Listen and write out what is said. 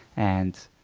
and